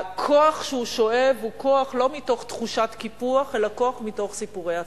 הכוח שהוא שואב הוא כוח לא מתוך תחושת קיפוח אלא כוח מתוך סיפורי הצלחה.